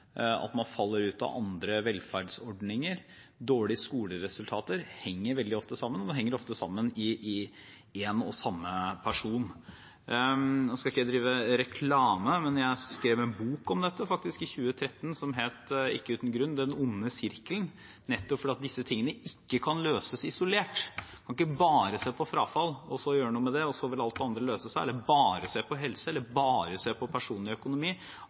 at man faller ut av andre velferdsordninger og dårlige skoleresultater henger veldig ofte sammen, og det henger ofte sammen i en og samme person. Nå skal jeg ikke drive reklame, men jeg skrev en bok om dette i 2013, som het – ikke uten grunn – Den onde sirkelen, nettopp fordi disse tingene ikke kan løses isolert. En kan ikke bare se på frafall og gjøre noe med det, og så vil alt det andre løse seg, eller bare se på helse, eller bare se på personlig økonomi.